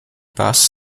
bus